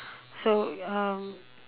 so um